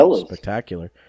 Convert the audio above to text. spectacular